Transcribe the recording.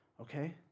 Okay